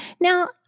now